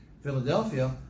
Philadelphia